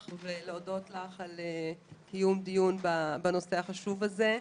ולהודות לך על קיום דיון בנושא החשוב הזה.